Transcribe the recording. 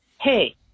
hey